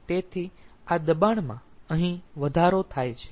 તેથી આ દબાણમાં અહીં વધારો થાય છે